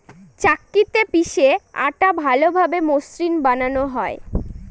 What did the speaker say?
চাক্কিতে পিষে আটা ভালোভাবে মসৃন বানানো হয়